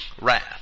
wrath